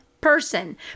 person